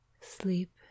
Sleep